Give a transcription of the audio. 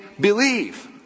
believe